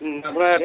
ம் அப்புறம்